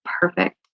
perfect